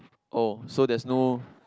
oh so there's no